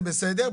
זה בסדר.